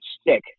stick